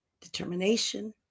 determination